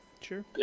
Sure